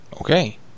Okay